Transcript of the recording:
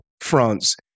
France